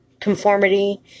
conformity